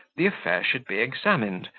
the affair should be examined,